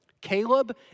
Caleb